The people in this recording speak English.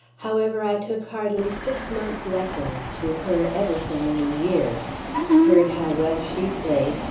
however, i took hardly six months' lessons to her ever so many years heard how well she played,